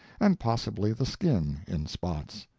and possibly the skin, in spots.